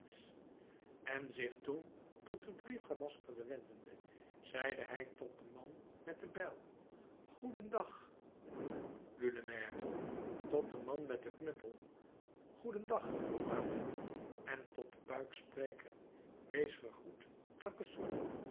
en zich toen tot de drie gemaskerden wendende zeide hij tot den man met de bijl goeden dag gueulemer tot den man met den knuppel goeden dag babet en tot den buikspreker wees gegroet